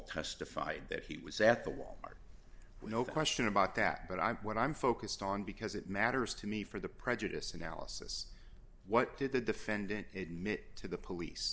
testified that he was at the wal mart no question about that but i'm what i'm focused on because it matters to me for the prejudiced analysis what did the defendant it mit to the police